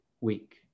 week